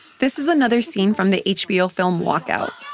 this is another scene from the hbo film walkout,